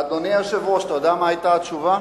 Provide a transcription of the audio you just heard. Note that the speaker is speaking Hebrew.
אדוני היושב-ראש, אתה יודע מה היתה התשובה?